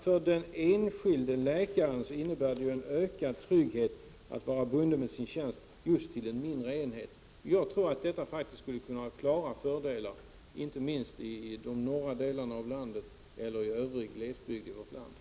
För den enskilde läkaren innebär det ju ökad trygghet att vara bunden vid sin tjänst just i den mindre enheten. Jag tror att detta faktiskt skulle kunna ha klara fördelar, inte minst i de norra delarna av landet och i övrig glesbygd i vårt land.